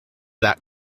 that